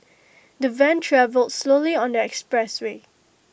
the van travelled slowly on the expressway